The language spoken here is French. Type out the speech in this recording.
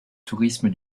tourisme